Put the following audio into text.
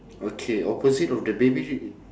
okay opposite of the baby